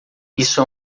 isso